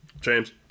James